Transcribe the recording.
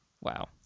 Wow